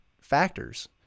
factors